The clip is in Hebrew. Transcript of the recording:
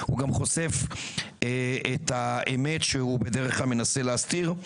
הוא גם חושף את האמת שהוא בדרך כלל מנסה להסתיר,